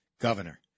governor